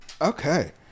Okay